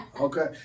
Okay